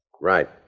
Right